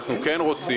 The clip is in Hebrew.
אנחנו כן רוצים,